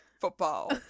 Football